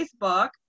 facebook